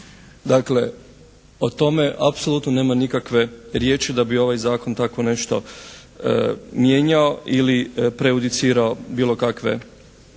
Dakle, o tome apsolutno nema nikakve riječi da bi ovaj Zakon takvo nešto mijenjao ili prejudicirao bilo kakve promjene